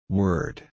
word